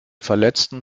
verletzten